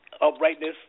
Uprightness